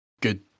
good